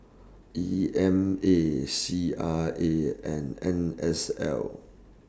E M A C R A and N S L